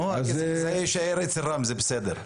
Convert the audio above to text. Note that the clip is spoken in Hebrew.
הכסף הזה יישאר אצל רם, זה בסדר.